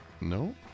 No